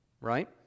right